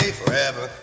forever